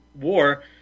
war